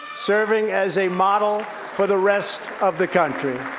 serving as a model for the rest of the country.